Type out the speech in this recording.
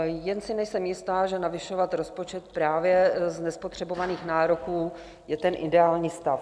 Jen si nejsem jistá, že navyšovat rozpočet právě z nespotřebovaných nároků je ten ideální stav.